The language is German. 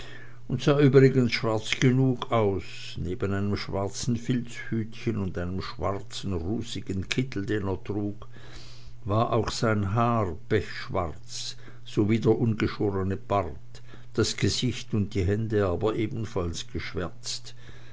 und sah übrigens schwarz genug aus neben einem schwarzen filzhütchen und einem schwarzen rußigen kittel den er trug war auch sein haar pechschwarz so wie der ungeschorene bart das gesicht und die hände aber ebenfalls geschwärzt